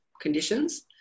conditions